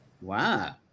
Wow